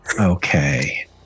Okay